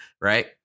right